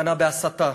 הסכנה בהסתה,